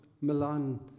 Milan